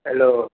hello